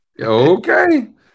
Okay